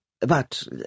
But